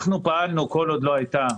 כל עוד לא הייתה,